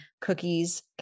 cookies